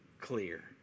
clear